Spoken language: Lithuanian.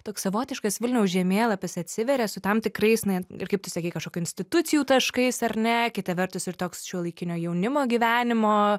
toks savotiškas vilniaus žemėlapis atsiveria su tam tikrais na ir kaip tu sakei kažkokių institucijų taškais ar ne kita vertus ir toks šiuolaikinio jaunimo gyvenimo